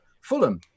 Fulham